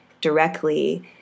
directly